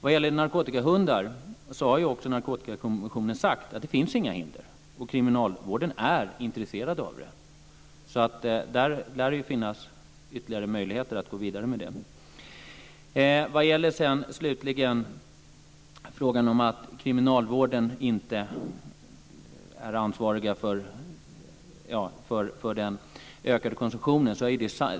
Vad gäller narkotikahundar har också Narkotikakommissionen sagt att det inte finns några hinder. Kriminalvården är intresserad av att få sådana. Där lär det finnas ytterligare möjligheter att gå vidare. Slutligen frågan om att kriminalvården inte är ansvarig för den ökade konsumtionen.